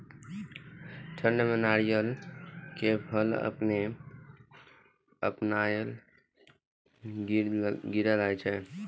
ठंड में नारियल के फल अपने अपनायल गिरे लगए छे?